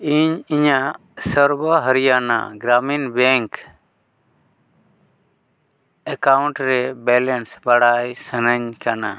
ᱤᱧ ᱤᱧᱟᱹᱜ ᱥᱚᱨᱵᱚ ᱦᱚᱨᱤᱭᱟᱱᱟ ᱜᱨᱟᱢᱤᱱ ᱵᱮᱝᱠ ᱮᱠᱟᱣᱩᱱᱴ ᱨᱮ ᱵᱮᱞᱮᱱᱥ ᱵᱟᱲᱟᱭ ᱥᱟᱹᱱᱟᱹᱧ ᱠᱟᱱᱟ